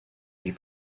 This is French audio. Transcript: vie